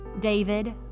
David